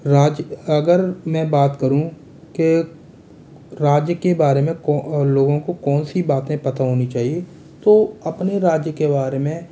राज्य अगर मैं बात करूँ के राज्य के बारे में लोगों को कौन सी बातें पता होनी चाहिए तो अपने राज्य के बारे में